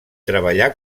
treballà